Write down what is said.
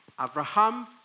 Abraham